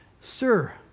sir